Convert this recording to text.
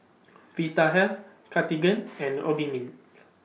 Vitahealth Cartigain and Obimin